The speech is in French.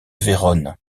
vérone